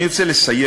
אני רוצה לסיים.